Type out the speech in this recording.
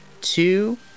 two